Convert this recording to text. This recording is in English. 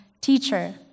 Teacher